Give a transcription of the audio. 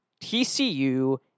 TCU